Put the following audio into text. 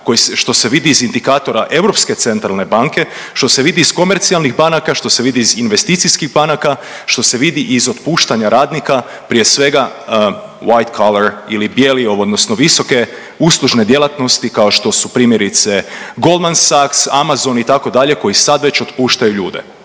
što se vidi iz indikatora Europske centralne banke, što se vidi iz komercijalnih banaka, što se vidi iz investicijskih banaka, što se vidi iz otpuštanja radnika prije svega white color ili bijeli, odnosno visoke uslužne djelatnosti kao što su primjerice Goldman Sachs, Amazon itd. koji sad već otpuštaju ljude.